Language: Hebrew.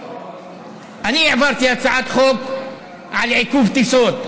אני העברתי הצעת חוק על עיכוב טיסות,